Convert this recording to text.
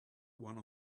one